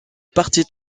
parti